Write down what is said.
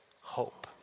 hope